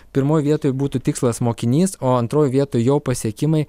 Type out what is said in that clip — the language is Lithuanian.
pirmoj vietoj būtų tikslas mokinys o antroj vietoj jo pasiekimai